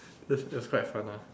it it was quite fun lah